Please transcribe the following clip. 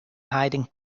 hiding